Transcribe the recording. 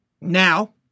now